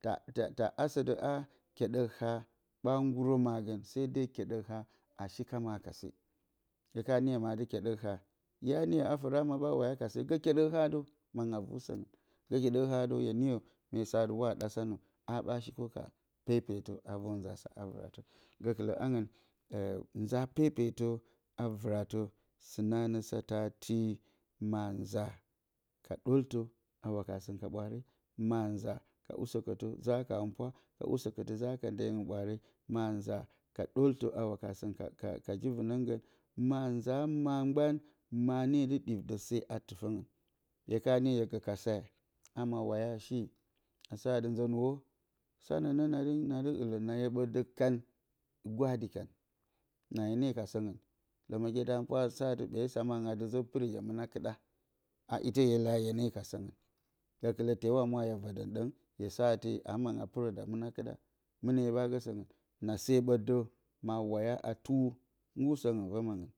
Ta ta ta asɘ dɘ ha keɗɘk ha b0a nggurɘ magɘ sai dai keɗɘk ha a shi ka ma ka se hye ka niyɘ ma dɨ keɗɘk ha hya niyɘ a fɘrɘ ma b0a waya ka se ga keɗɘk ha dɘw maɨngɨn a vu sɘngɨn gɘ keɗɘk hadɘw hye niyɘ mye saa tɨ wa ɗa sanɘ ha b0a shi kɘw ka pepetɘ a vɘr nzasa a vɨratɘ gɘkɘlɘ hangɨn nza pepetɘ a vɨratɘ sɨ nɘ a nɘ sata ti manza ka ɗoltɘ a wakasɘ ka b0waare, ma nza ka usɘkɘtɘ zɘ a ka hɘmɘpwa, ka usɘkɘtɘ zɘ haka ndiyingɨrɘ b0waare ma nza ka ɗottɘ a waka sɘn ka ka ka ji vɨnɘgɘ ma nza ma mb0an ma ne ɗɘ ɗit dɘ se a titɘngɨn hye ka niyɘ hye ɗif dɘ sea, ama a waya shi, a saa dɨ nzɨ nuwo sana nɘ nɘ na dɨ hɨlɘ na iye b0ɘ kan gwadi kan na hyne ka sɘgɨn lɘmɘge da hɘmɘnpwa a saa tɨ b0e saa mangɨn zɘ pɨrɘ hye mɨna kɨɗa a ite hye leyɘ adɨ hyne kan sɘngɨn gɘkɘlɘ tewa mwa hye vɘdɘn hye saa ti a mangɨn a pɨrɘ nda mɨna kɨɗa? Mɨnɘ hye b0a gɘ sɘgɨn na se b0ɘ dɘ ma waya a tuwu nggur sɘgɨn vɘ mangɨn